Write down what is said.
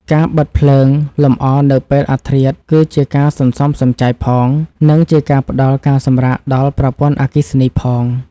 ការបិទភ្លើងលម្អនៅពេលអធ្រាត្រគឺជាការសន្សំសំចៃផង និងជាការផ្តល់ការសម្រាកដល់ប្រព័ន្ធអគ្គិសនីផង។